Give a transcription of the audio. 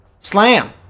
Slam